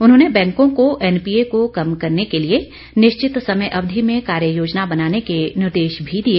उन्होंने बैंकों को एन पीए को कम करने के लिए निश्चित समय अवधि में कार्य योजना बनाने के निर्देश भी दिए